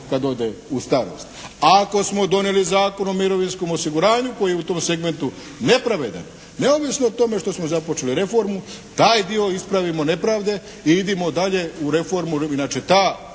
kad ode u starost, a ako smo donijeli Zakon o mirovinskom osiguranju koji je u tom segmentu nepravedan, neovisno o tome što smo započeli reformu taj dio ispravimo nepravde i idemo dalje u reformu, inače ta